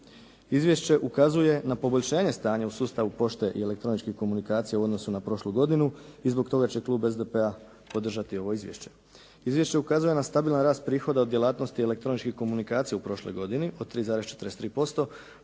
Izvješće ukazuje na poboljšanje stanja u sustavu pošte i elektroničkih komunikacija u odnosu na prošlu godinu i zbog toga će klub SDP-a podržati ovo izvješće. Izvješće ukazuje na stabilan rast prihoda od djelatnosti elektroničkih komunikacija u prošloj godini od 3,43%